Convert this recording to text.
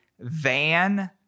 van